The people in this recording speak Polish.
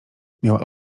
miała